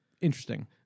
interesting